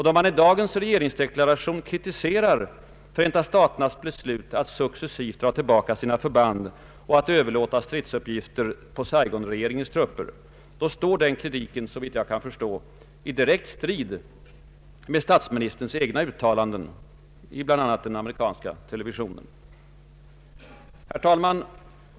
Då man i dagens regeringsdeklara tion kritiserar Förenta staternas beslut att successivt dra tillbaka sina förband och överlåta stridsuppgifter på Saigonregeringens trupper, står kritiken — såvitt jag kan förstå — i direkt strid med statsministerns egna uttalanden i bl.a. den amerikanska televisionen. Herr talman!